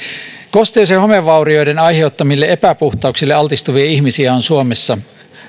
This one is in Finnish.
kosteus ja homevaurioiden aiheuttamille epäpuhtauksille altistuvia ihmisiä on suomessa